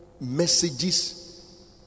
messages